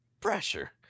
Pressure